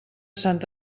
sant